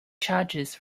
charges